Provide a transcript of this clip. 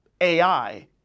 AI